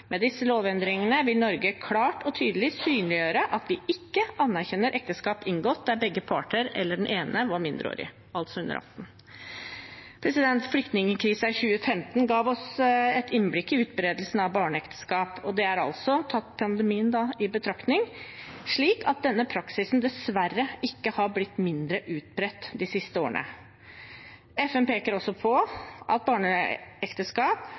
Med disse lovendringene vil Norge klart og tydelig synliggjøre at vi ikke anerkjenner ekteskap inngått der begge parter eller den ene var mindreårig, altså under 18 år. Flyktningkrisen i 2015 ga oss et innblikk i utbredelsen av barneekteskap, og det er altså – pandemien tatt i betraktning – slik at denne praksisen dessverre ikke har blitt mindre utbredt de siste årene. FN peker også på at barneekteskap